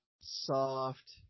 soft